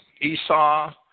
Esau